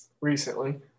recently